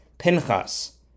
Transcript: Pinchas